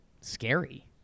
scary